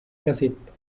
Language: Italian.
casetta